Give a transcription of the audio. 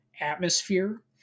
atmosphere